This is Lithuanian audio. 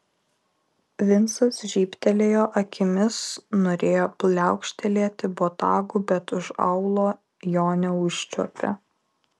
vincas žybtelėjo akimis norėjo pliaukštelėti botagu bet už aulo jo neužčiuopė